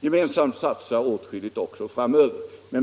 gemensamt satsa åtskilligt på dessa frågor även i framtiden.